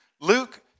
Luke